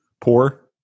Poor